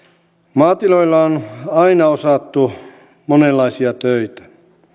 maatiloilla on aina osattu monenlaisia töitä